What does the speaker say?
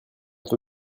peu